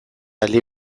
aldi